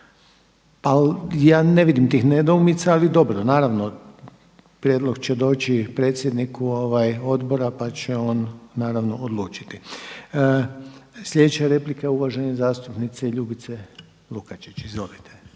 ja ne vidim tih nedoumica ali dobro. Naravno prijedlog će doći predsjedniku odbora pa će on naravno odlučiti. Sljedeća replika je uvažene zastupnice Ljubice Lukačić, izvolite.